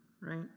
right